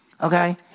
okay